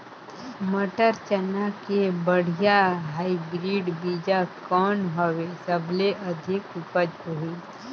मटर, चना के बढ़िया हाईब्रिड बीजा कौन हवय? सबले अधिक उपज होही?